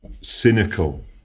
cynical